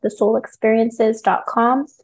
thesoulexperiences.com